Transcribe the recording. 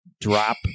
drop